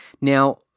Now